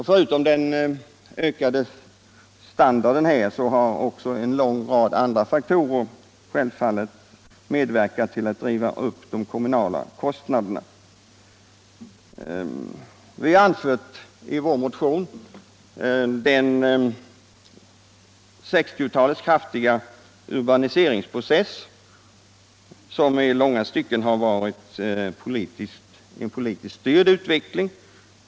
Förutom den höjda standarden har en lång rad andra faktorer medverkat till att driva upp kostnaderna. Vi har i motionen pekat på 1960-talets kraftiga urbaniseringsprocess, som i långa stycken var politiskt styrd.